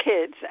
kids